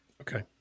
Okay